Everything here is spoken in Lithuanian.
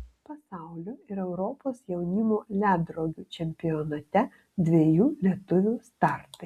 pasaulio ir europos jaunimo ledrogių čempionate dviejų lietuvių startai